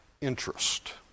Interest